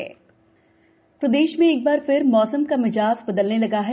मौसम प्रदेश में एक बार फिर मौसम का मिजाज बदलने वाला है